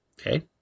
Okay